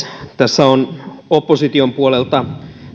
tässä keskustelussa on opposition puolelta